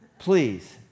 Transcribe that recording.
Please